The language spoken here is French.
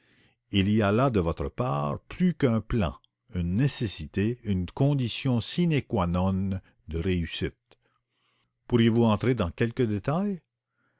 il y a là de votre part plus qu'un plan une nécessité une condition sine qua non de réussite dès